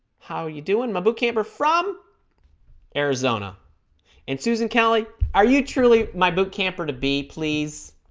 how are you doing my boot camp are from arizona in susan kelly are you truly my boot camper to be pleased